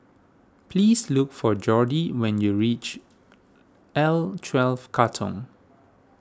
please look for Jordi when you reach L twelve Katong